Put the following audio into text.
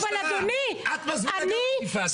גם את מזמינה אינתיפאדה.